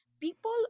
people